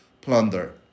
plunder